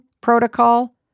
protocol